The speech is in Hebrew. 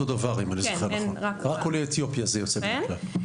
רק עולי אתיופיה מקבלים יותר זמן.